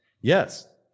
yes